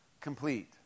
complete